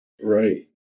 right